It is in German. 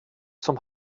zum